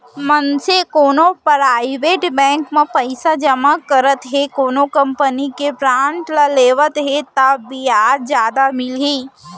मनसे कोनो private bank म पइसा जमा करत हे कोनो कंपनी के बांड ल लेवत हे ता बियाज जादा मिलही